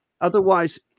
Otherwise